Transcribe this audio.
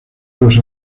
los